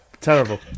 terrible